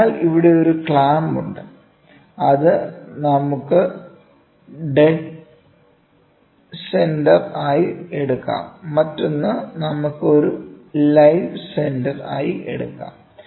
അതിനാൽ ഇവിടെ ഒരു ക്ലാമ്പുണ്ട് അത് നമുക്ക് ഡെഡ് സെന്റർ ആയി എടുക്കാം മറ്റൊന്ന് നമുക്ക് ഒരു ലൈവ് സെന്റർ ആയി എടുക്കാം